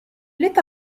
let